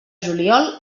juliol